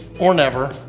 or never.